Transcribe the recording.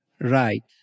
Right